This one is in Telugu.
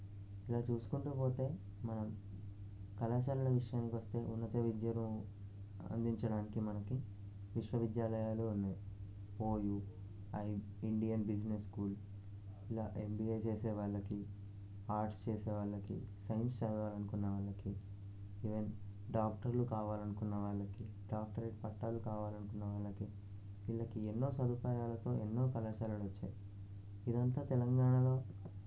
ఇలా చేసుకుంటూ పోతే మనం కళాశాలల విషయానికి వస్తే ఉన్నత విద్యను అందించడానికి మనకి విశ్వవిద్యాలయాలు ఉన్నాయి OU IB Indian Business School ఇలా ఎంబీఏ చేసే వాళ్ళకి ఆర్ట్స్ చేసే వాళ్ళకి సైన్స్ చదవాలి అనుకున్న వాళ్ళకి డాక్టర్లు కావాలనుకున్న వాళ్ళకి డాక్టరేట్ పట్టాలు కావాలనుకున్న వాళ్ళకి వీళ్ళకి ఎన్నో సదుపాయాలతో ఎన్నో కళాశాలలు వచ్చాయి ఇదంతా తెలంగాణలో